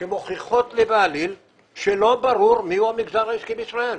שמוכיחות לי בעליל שלא ברור מי הוא המגזר הקמעונאי בישראל.